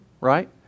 right